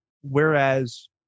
Whereas